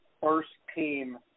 first-team